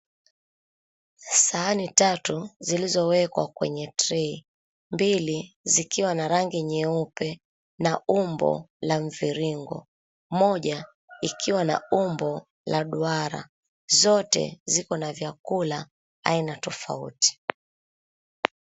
Sahani tatu zilizowekwa kwenye tray , mbili zikiwa na rangi nyeupe na umbo la mviringo moja ikiwa na umbo la duara. Zote ziko na vyakula aina tofauti.